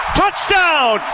touchdown